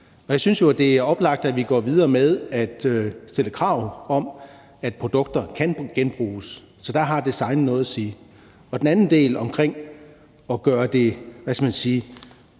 Jeg synes jo, det er oplagt, at vi går videre med at stille krav om, at produkter kan genbruges, så der har design noget at sige. Til den anden del om at gøre det, hvad skal man sige,